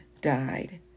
died